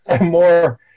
More